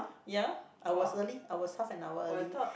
ya I was early I was half an hour early